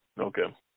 Okay